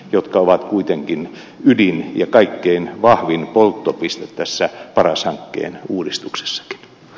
jotka ovat kuitenkin nedim ja kaikkein vahvin polttopiste tässä paras hankkeen uudistuksessa